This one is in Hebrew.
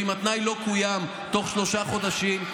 ואם התנאי לא קוים תוך שלושה חודשים,